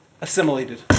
assimilated